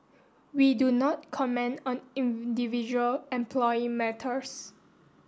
we do not comment on individual employee matters